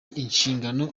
inshingano